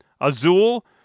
Azul